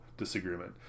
disagreement